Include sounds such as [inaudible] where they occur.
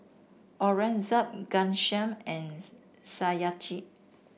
Aurangzeb Ghanshyam and [unintelligible] Satyajit